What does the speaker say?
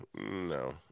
no